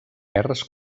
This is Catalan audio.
guerres